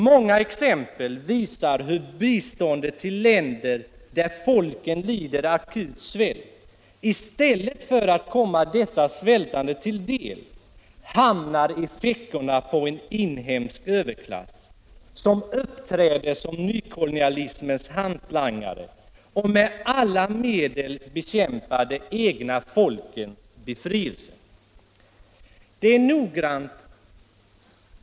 Många exempel visar hur biståndet till länder där folken lider akut svält i stället för att komma dessa svältande till del hamnat i fickorna på en inhemsk överklass, som uppträder som nykolonialismens hantlangare och med alla medel bekämpar det egna folkets befrielse.